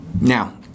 Now